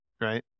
right